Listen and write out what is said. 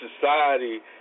society